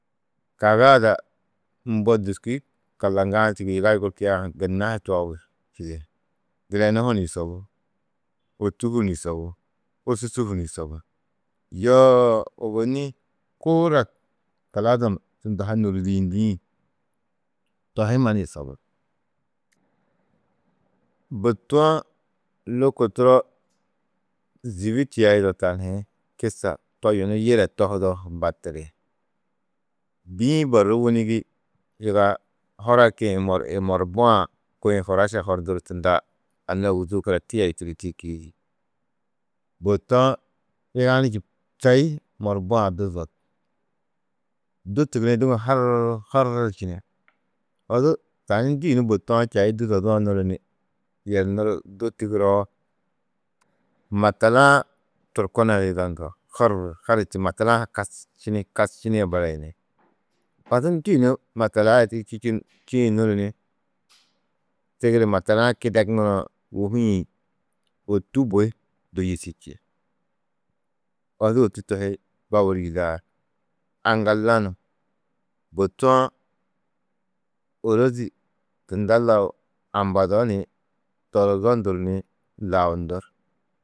Kaga ada mbo dûski kalaŋgaa-ã du čûku yiga yugurkiã gunna ha čoobu čidi. Direnu hu ni yusobú, ôtu hu ni yusobú, ôsusu hu ni yusobú, yoo ôwonni kuur a kuladum tunda ha nûridiyindĩ to hi mannu yusobú. Bôtu-ã lôko turo zîbi tiyado tani hi kisa to yunu yire tohudo mbatiri: Bî-ĩ borru wûnigi yiga huraki-ĩ morbua-ã ko-ĩ huraša horduru tunda anna ôguzuu kora tia yûturi tîyikiidi, bôtu-ã yiga nu čaî morbua-ã du zod, du tigirĩ, duŋa har, har čini odu tani ndû yunu bôtu-ã čaî du zoduã nuru ni yernuru du tigiroo, matala-ã turkona du yida hor, hor či, matala-ã ha kasčini, kasčinîe barayini. Odu ndû yunu matala a di čîĩ nuru ni tigiri matala-ã kideŋurã, wô hûi-ĩ ôtu bui du yîsu čî, odu ôtu to hi baburu yîdaar. A ŋga lanu! Bôtu-ã ôrozi tunda lau ambado ni torozo ndur ni lau ndur.